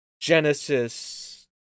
Genesis